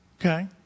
Okay